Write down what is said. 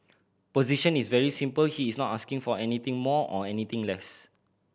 position is very simple he is not asking for anything more or anything less